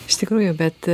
iš tikrųjų bet